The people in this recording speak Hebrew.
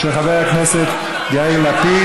של חבר הכנסת יאיר לפיד.